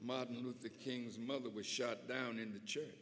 martin luther king's mother was shot down in the